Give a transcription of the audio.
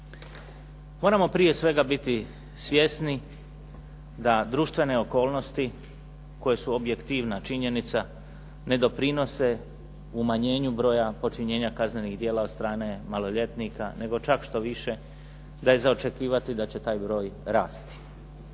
Moramo prije svega biti svjesni da društvene okolnosti koje su objektivna činjenica, ne doprinose umanjenju broja počinjenja kaznenih djela od strane maloljetnika, nego čak što više da je za očekivati da će taj broj rasti.